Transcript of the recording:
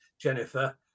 Jennifer